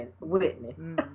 Whitney